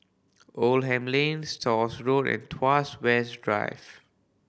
Oldham Lane Stores Road and Tuas West Drive